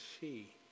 see